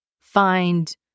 find